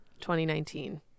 2019